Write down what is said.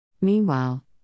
Meanwhile